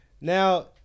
Now